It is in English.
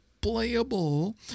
playable